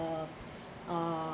a ah